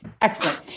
Excellent